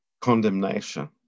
Condemnation